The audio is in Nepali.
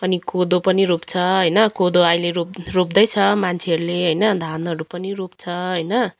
अनि कोदो पनि रोप्छ कोदो अहिले रोप रोप्दैछु मान्छेहरूले होइन धानहरू पनि रोप्छ होइन